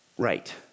right